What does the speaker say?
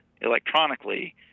electronically